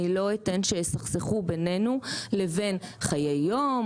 אני לא אתן שיסכסכו בינינו לבין חיי יום,